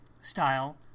style